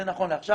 זה נכון לעכשיו,